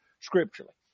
scripturally